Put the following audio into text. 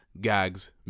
Gags